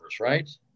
right